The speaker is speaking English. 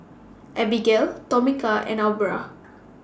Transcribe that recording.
Abigale Tomeka and Aubra